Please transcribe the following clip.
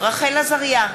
רחל עזריה,